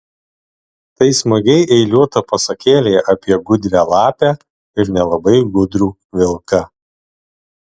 tai smagiai eiliuota pasakėlė apie gudrią lapę ir nelabai gudrų vilką